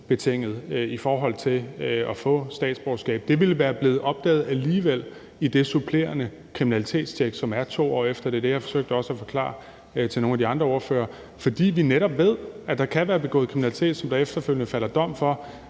karensbetingende i forhold til at få statsborgerskab. Det ville være blevet opdaget alligevel i forbindelse med det supplerende kriminalitetstjek, som bliver udført 2 år efter. Det er også det, jeg har forsøgt at forklare til nogle af de andre ordførere. Det skyldes jo, at vi netop ved, at der kan være blevet begået kriminalitet, som der efterfølgende falder dom for,